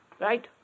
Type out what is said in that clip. Right